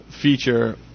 feature